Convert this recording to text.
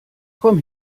komm